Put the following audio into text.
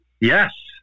Yes